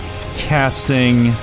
casting